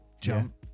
jump